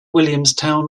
williamstown